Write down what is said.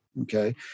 okay